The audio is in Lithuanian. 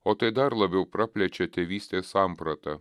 o tai dar labiau praplečia tėvystės sampratą